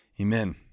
amen